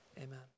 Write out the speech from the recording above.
amen